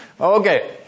Okay